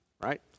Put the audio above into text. right